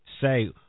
say